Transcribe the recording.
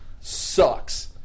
sucks